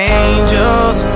angels